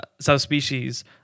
subspecies